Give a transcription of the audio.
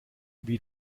wie